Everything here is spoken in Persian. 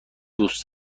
دوست